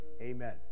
amen